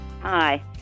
Hi